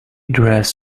dress